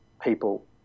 people